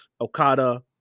Okada